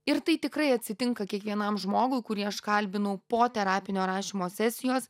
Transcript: ir tai tikrai atsitinka kiekvienam žmogui kurį aš kalbinau po terapinio rašymo sesijos